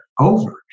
over